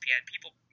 People